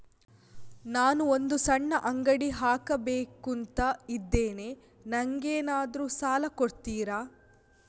ನಾನು ಒಂದು ಸಣ್ಣ ಅಂಗಡಿ ಹಾಕಬೇಕುಂತ ಇದ್ದೇನೆ ನಂಗೇನಾದ್ರು ಸಾಲ ಕೊಡ್ತೀರಾ?